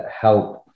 help